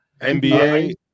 nba